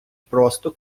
просто